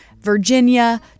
Virginia